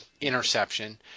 interception